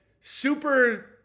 super